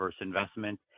investment